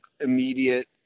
immediate